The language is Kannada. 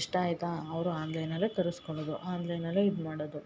ಇಷ್ಟ ಆಯಿತಾ ಅವರು ಆನ್ಲೈನಲ್ಲೆ ತರಸ್ಕೊಳ್ಳೋದು ಆನ್ಲೈನ್ ಅಲ್ಲೆ ಇದು ಮಾಡೋದು